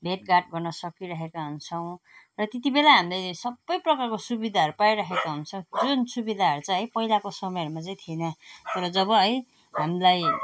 भेटघाट गर्न सकिरहेका हुन्छौँ र त्यति बेला हामीलाई सब प्रकारको सुविधाहरू पाइरहेका हुन्छौँ जुन सुविधाहरू चाहिँ है पहिलाको समयहरूमा चाहिँ थिएन तर जब है हामीलाई